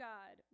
God